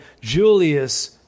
Julius